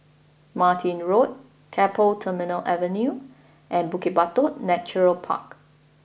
Martin Road Keppel Terminal Avenue and Bukit Batok Natural Park